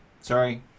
sorry